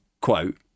quote